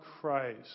Christ